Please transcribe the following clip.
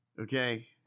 Okay